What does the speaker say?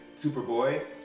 Superboy